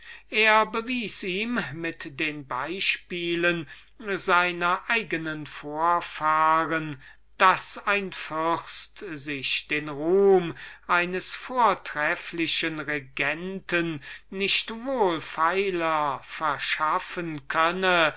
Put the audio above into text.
er bewies ihm mit den beispielen seiner eigenen vorfahren daß ein fürst sich den ruhm eines unvergleichlichen regenten nicht wohlfeiler anschaffen könne